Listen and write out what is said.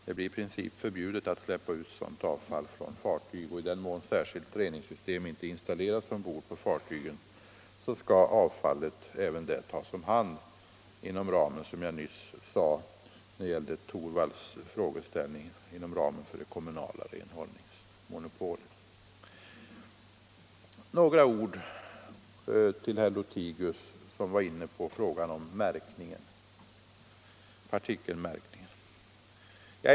Det blir i princip förbjudet att släppa ut sådant avfall från fartyg. I den mån särskilt reningssystem inte installeras ombord på fartygen skall avfallet, som jag nyss sade när det gällde herr Torwalds frågeställning, tas om hand inom ramen för det kommunala renhållningsmonopolet. Några ord till herr Lothigius, som var inne på frågan om partikelmärkningen.